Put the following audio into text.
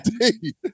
indeed